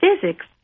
physics